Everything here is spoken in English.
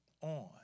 on